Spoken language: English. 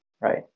right